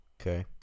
Okay